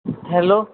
hello